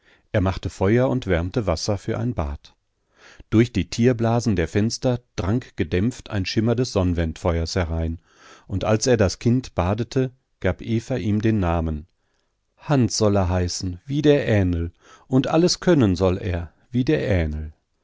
er machte feuer und wärmte wasser für ein bad durch die tierblasen der fenster drang gedämpft ein schimmer des sonnwendfeuers herein und als er das kind badete gab eva ihm den namen hans soll er heißen wie der ähnl und alles können soll er wie der